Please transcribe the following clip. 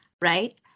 right